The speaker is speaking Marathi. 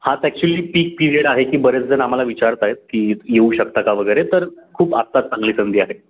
हा तर ॲक्च्युअली पीक पिरियड आहे की बरेच जण आम्हाला विचारत आहेत की येऊ शकता का वगैरे तर खूप आत्ताच चांगली संधी आहे